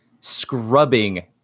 scrubbing